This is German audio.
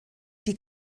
die